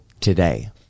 today